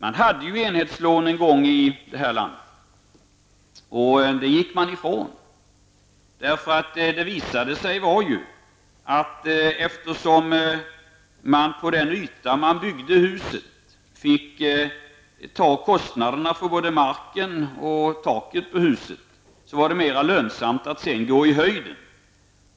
Vi hade ju en gång enhetslån, men det gick vi ifrån. Det visade sig man att på den yta som huset byggdes på fick ta kostnaderna för både marken och taket på huset. Då var det mera lönsamt att bygga på höjden.